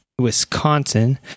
Wisconsin